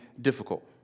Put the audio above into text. difficult